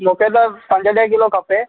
मूंखे त पंज ॾह किलो खपे